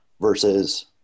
Versus